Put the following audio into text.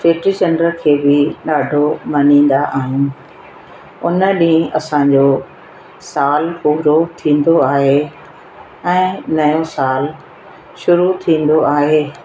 चेट्री चंड खे बि ॾाढो मञींदा आहियूं उन ॾीहुं असांजो सालु पूरो थींदो आहे ऐं नओ सालु शुरू थींदो आहे